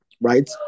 right